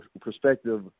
perspective